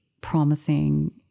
promising